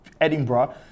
Edinburgh